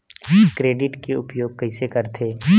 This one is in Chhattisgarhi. क्रेडिट के उपयोग कइसे करथे?